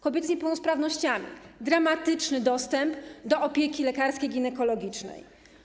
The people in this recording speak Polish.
Kobiety z niepełnosprawnościami - dramatyczny dostęp do opieki lekarskiej, ginekologicznej.